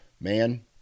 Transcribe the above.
man